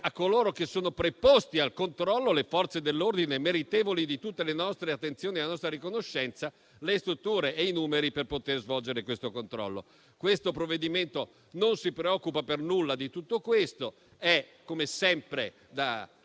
a coloro che sono preposti al controllo - le Forze dell'ordine, meritevoli di tutte le nostre attenzioni e la nostra riconoscenza - le strutture e i numeri per poterlo svolgere. Il provvedimento non si preoccupa per nulla di tutto questo. Come sempre da